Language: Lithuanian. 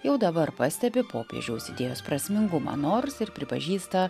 jau dabar pastebi popiežiaus idėjos prasmingumą nors ir pripažįsta